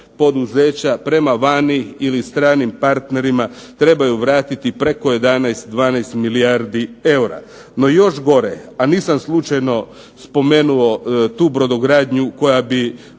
poduzeća prema vani ili stranim partnerima trebaju vratiti preko 11, 12 milijardi eura. No još gore, a nisam slučajno spomenuo tu brodogradnju koja bi